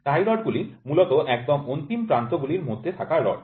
টাই রডগুলি মূলত একদম অন্তিম প্রান্ত গুলির মধ্যে থাকা রড